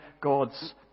God's